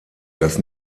das